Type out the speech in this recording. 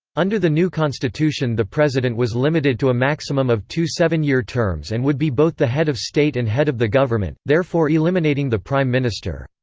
under the new constitution the president was limited to a maximum of two seven-year terms and would be both the head of state and head of the government, therefore eliminating the prime minister.